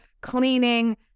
cleaning